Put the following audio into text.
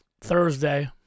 Thursday